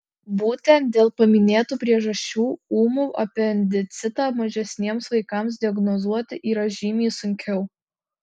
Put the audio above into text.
būtent dėl paminėtų priežasčių ūmų apendicitą mažesniems vaikams diagnozuoti yra žymiai sunkiau